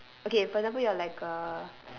okay for example you're like a